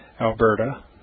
Alberta